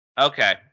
Okay